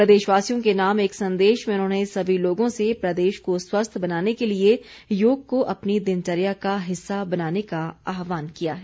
प्रदेशवासियों के नाम एक संदेश में उन्होंने सभी लोगों से प्रदेश को स्वस्थ बनाने के लिए योग को अपनी दिनचर्या का हिस्सा बनाने का आहवान किया है